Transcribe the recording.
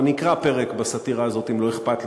אני אקרא פרק בסאטירה הזאת, אם לא אכפת לכם: